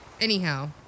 Anyhow